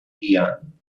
ian